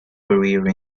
career